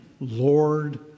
Lord